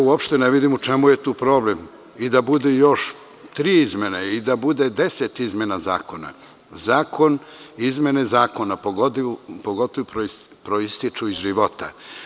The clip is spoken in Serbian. Uopšte ne vidim u čemu je tu problem, i da budu još tri izmene i da bude deset izmena zakona, izmene zakona pogotovo proističu iz života.